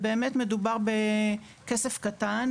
ובאמת מדובר בכסף קטן,